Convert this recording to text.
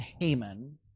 Haman